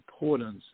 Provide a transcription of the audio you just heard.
importance